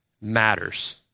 matters